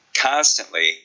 constantly